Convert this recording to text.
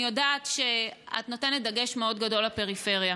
אני יודעת שאת נותנת דגש מאוד גדול לפריפריה,